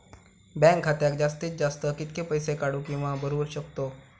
Bank खात्यात जास्तीत जास्त कितके पैसे काढू किव्हा भरू शकतो?